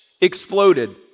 Exploded